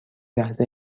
لحظه